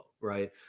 right